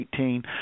2018